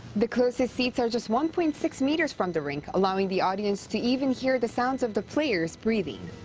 the closest seats are just one point six meters from the rink, allowing the audience to even hear the sound of the players breathing.